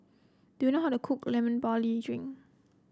do you know how to cook Lemon Barley Drink